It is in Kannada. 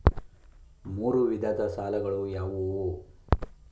ಮೂರು ವಿಧದ ಸಾಲಗಳು ಯಾವುವು?